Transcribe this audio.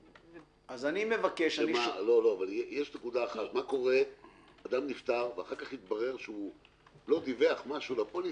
יש נקודה אחת: אדם נפטר ואחר כך התברר שהוא לא דיווח משהו לפוליסה.